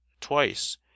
twice